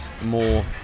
more